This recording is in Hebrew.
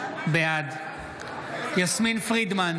בעד יסמין פרידמן,